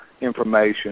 information